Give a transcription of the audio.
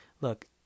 look